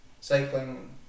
cycling